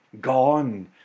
Gone